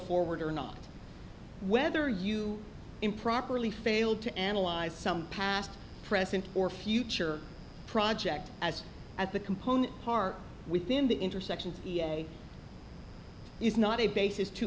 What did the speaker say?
forward or not whether you improperly failed to analyze some past present or future project as at the component part within the intersection is not a basis to